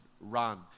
run